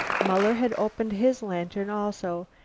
muller had opened his lantern also,